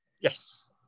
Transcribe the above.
yes